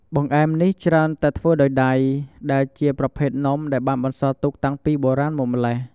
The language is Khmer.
បង្អែមនេះច្រើនតែធ្វើដោយដៃ ដែលជាប្រភេទនំដែលបានបន្សល់ទុកតាំងពីបុរាណមកម៉្លេះ។